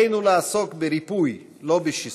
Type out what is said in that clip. עלינו לעסוק בריפוי, לא בשיסוי.